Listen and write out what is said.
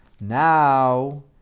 now